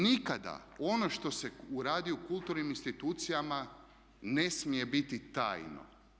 Nikada ono što se radi u kulturnim institucijama ne smije biti tajno.